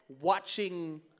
watching